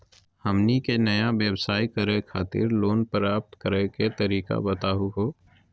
हमनी के नया व्यवसाय करै खातिर लोन प्राप्त करै के तरीका बताहु हो?